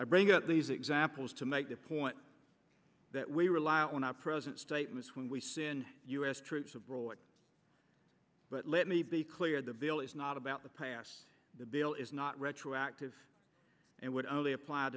i bring up these examples to make the point that we rely on our present statements when we send u s troops abroad but let me be clear the bill is not about the past the bill is not retroactive and would only appl